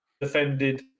defended